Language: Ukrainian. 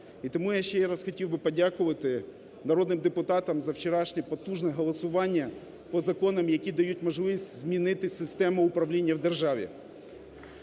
І тому я ще раз хотів би подякувати народним депутатам за вчорашнє потужне голосування по законам, які дають можливість змінити систему управління в державі.